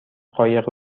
قایق